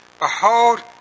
Behold